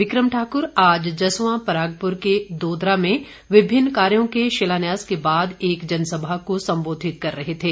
बिक्रम ठाकुर आज जस्वां परागपुर के दोदरा में विभिन्न कार्यो के शिलान्यास के बाद एक जनसभा को संबोधित कर रहे थे